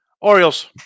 Orioles